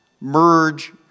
merge